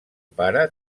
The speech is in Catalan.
pare